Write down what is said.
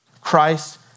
Christ